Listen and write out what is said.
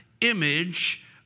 image